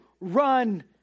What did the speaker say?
run